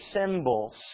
symbols